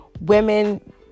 women